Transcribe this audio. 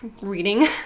reading